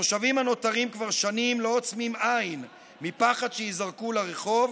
התושבים הנותרים כבר שנים לא עוצמים עין מפחד שייזרקו לרחוב,